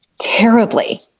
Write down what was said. terribly